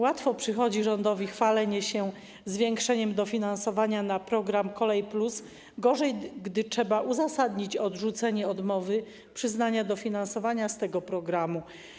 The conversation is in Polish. Łatwo przychodzi rządowi chwalenie się zwiększeniem dofinansowania programu ˝Kolej+˝, gorzej, gdy trzeba uzasadnić odrzucenie odmowy przyznania dofinansowania z tego programu.